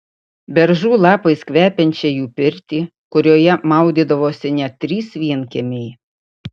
beržų lapais kvepiančią jų pirtį kurioje maudydavosi net trys vienkiemiai